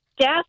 death